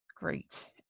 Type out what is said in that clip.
great